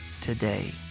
today